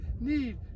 need